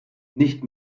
nicht